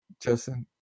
Justin